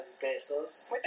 pesos